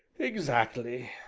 exactly!